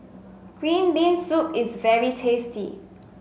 Green Bean Soup is very tasty